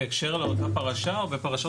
בהקשר לאותה פרשה, או בפרשות אחרות?